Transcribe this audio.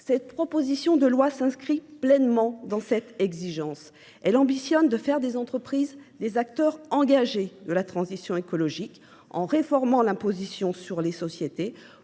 Cette proposition de loi s’inscrit pleinement dans cette exigence. Elle ambitionne de faire des entreprises des acteurs engagés de la transition écologique, en réformant l’imposition sur les sociétés